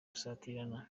gusatirana